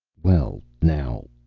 well, now,